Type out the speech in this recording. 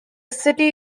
city